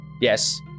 Yes